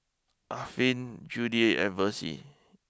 Affie Judyth and Versie